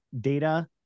data